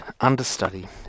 understudy